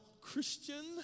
Christian